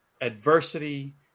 adversity